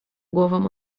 głową